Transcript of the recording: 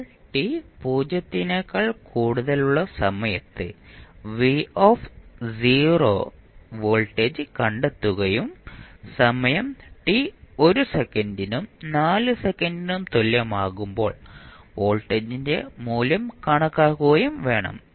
അപ്പോൾ t 0 നേക്കാൾ കൂടുതലുള്ള സമയത്ത് v വോൾട്ടേജ് കണ്ടെത്തുകയും സമയം t 1 സെക്കൻഡിനും 4 സെക്കൻഡിനും തുല്യമാകുമ്പോൾ വോൾട്ടേജിന്റെ മൂല്യം കണക്കാക്കുകയും വേണം